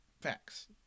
Facts